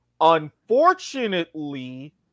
unfortunately